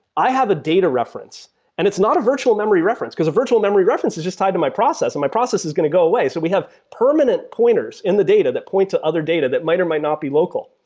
i have a data reference and it's not a virtual memory reference, because a virtual memory references is just tied to my process, and my process is going to go away. so we have permanent pointers in the data that point to other data that might or might not be local.